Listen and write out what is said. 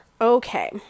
Okay